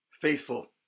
faithful